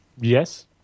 Yes